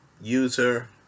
user